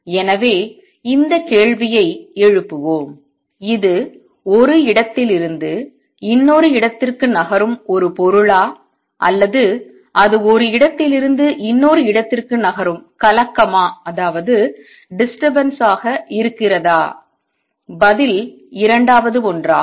எனவே இந்த கேள்வியை எழுப்புவோம் இது ஒரு இடத்திலிருந்து இன்னொரு இடத்திற்கு நகரும் ஒரு பொருளா அல்லது அது ஒரு இடத்திலிருந்து இன்னொரு இடத்திற்கு நகரும் கலக்கமாக இருக்கிறதா பதில் இரண்டாவது ஒன்றாகும்